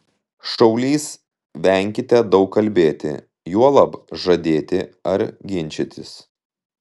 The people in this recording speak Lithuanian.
šaulys venkite daug kalbėti juolab žadėti ar ginčytis